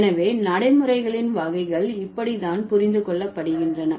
எனவே நடைமுறைகளின் வகைகள் இப்படி தான் புரிந்து கொள்ளப்படுகின்றன